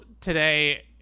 today